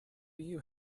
you